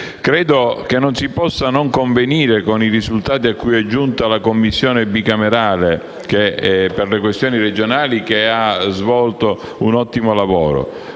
Credo che non si possa non convenire con i risultati a cui è giunta la Commissione bicamerale per le questioni regionali, che ha svolto un ottimo lavoro: